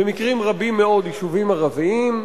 ובמקרים רבים מאוד יישובים ערביים,